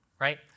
right